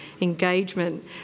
engagement